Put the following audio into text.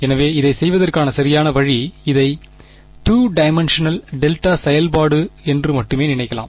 எனவே இதைச் செய்வதற்கான சரியான வழி இதை டூ டைமென்ஷ்னல் டெல்டா செயல்பாடு என்று மட்டுமே நினைக்கலாம்